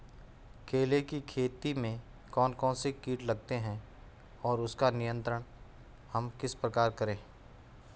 केले की खेती में कौन कौन से कीट लगते हैं और उसका नियंत्रण हम किस प्रकार करें?